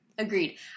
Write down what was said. Agreed